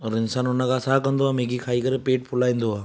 पर इंसान उन खां छा कंदो आहे मैगी खाई करे पेट फुलाईंदो आहे